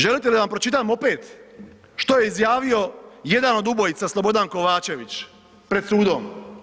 Želite li da vam pročitam opet što je izjavio jedan od ubojica Slobodan Kovačević pred sudom?